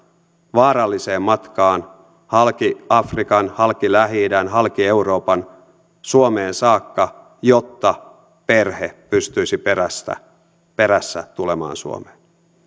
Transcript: vaaralliseen matkaan halki afrikan halki lähi idän halki euroopan suomeen saakka jotta perhe pystyisi perässä perässä tulemaan suomeen